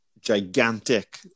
gigantic